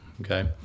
okay